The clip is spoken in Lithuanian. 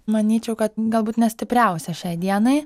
manyčiau kad galbūt ne stipriausia šiai dienai